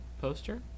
poster